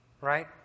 Right